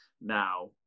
now